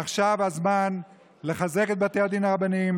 עכשיו הזמן לחזק את בתי הדין הרבניים,